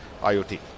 IOT